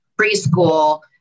preschool